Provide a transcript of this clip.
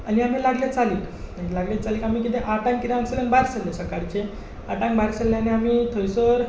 आनी आमी लागले चाली लागले चालीक आमी आठांक कितें हांगा सरल्यान भायर सरलें सकाडचे आठांक भायर सरले आनी आमी थोयसर गेले आनी